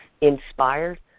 inspired